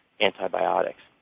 antibiotics